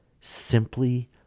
simply